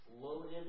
loaded